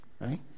right